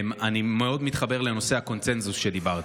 אני מאוד מתחבר לנושא הקונסנזוס שדיברת,